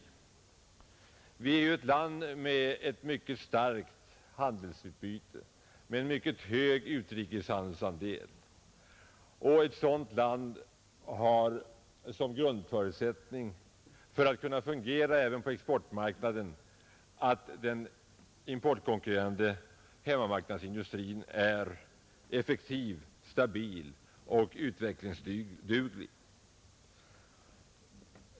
Sverige är ju ett land med ett mycket stort handelsutbyte, med en mycket hög utrikeshandelandel. Grundförutsättningen för att ett sådant land skall kunna fungera även på exportmarknaden är att den importkonkurrerande hemmamarknadsindustrin är effektiv, stabil och utvecklingsduglig.